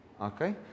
okay